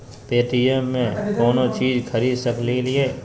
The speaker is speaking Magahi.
पे.टी.एम से कौनो चीज खरीद सकी लिय?